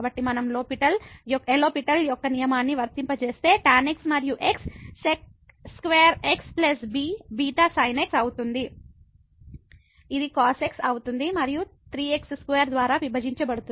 కాబట్టి మనం లో పిటెల్L'Hospital యొక్క నియమాన్ని వర్తింపజేస్తే tan x మరియు x sec2x β sinx అవుతుంది ఇది cos x అవుతుంది మరియు 3x2 ద్వారా విభజించబడుతుంది